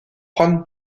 juan